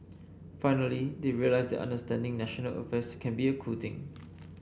finally they realise that understanding national affairs can a cool thing